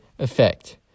effect